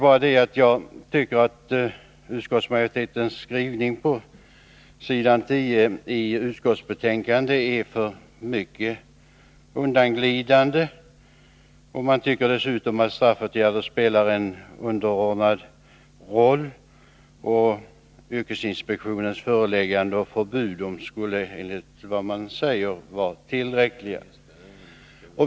Men jag tycker att utskottsmajoritetens skrivning på s. 10 i utskottsbetänkandet är alltför undanglidande. Man anser där att straffåtgärder spelar en underordnad roll och att yrkesinspektionens föreläggande och förbud är tillräckliga.